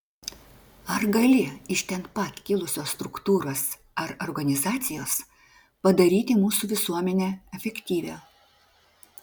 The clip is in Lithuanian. ar gali iš ten pat kilusios struktūros ar organizacijos padaryti mūsų visuomenę efektyvią